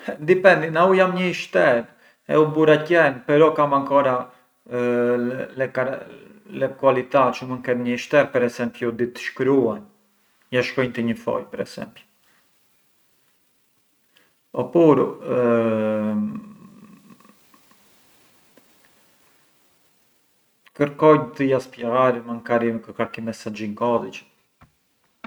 Dipendi, nga u jam një ishter e ju bura qen però kam ancora le qualità çë mënd ket një ishter per esempiu dit’ shkruanj, ja shkruanj te një foj per esempiu oppuru kërkonj të ja spieghar mancari me qualchi messaggiu in codice.